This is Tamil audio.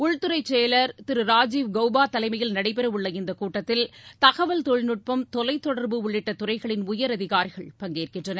உள்துறை செயலர் திரு ராஜீவ் கவ்பா தலைமையில் நடைபெறவுள்ள இந்தக் கூட்டத்தில் தகவல் தொழில்நுட்பம் தொலைத் தொடர்பு உள்ளிட்ட துறைகளின் உயரதிகாரிகள் பங்கேற்கின்றனர்